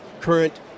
Current